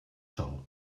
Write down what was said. sol